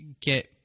get